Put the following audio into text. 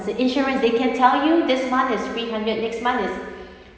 the insurance they can tell you this month is three hundred next month is